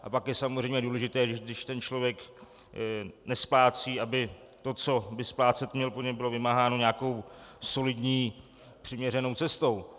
A pak je samozřejmě důležité, že když ten člověk nesplácí, aby to, co by splácet měl, po něm bylo vymáháno nějakou solidní přiměřenou cestou.